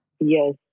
Yes